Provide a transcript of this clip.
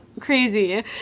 crazy